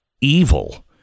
evil